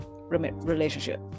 relationship